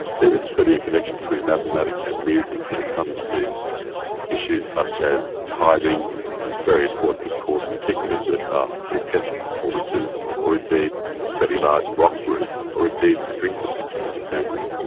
there is clearly a connection between mathematics and music when it comes to issues such as timing it's very important of course, particularly with orchestral performances or indeed fairly large rock groups, or indeed string quartets for that example.